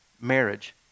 marriage